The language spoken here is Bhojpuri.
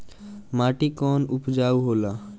माटी कौन उपजाऊ होला?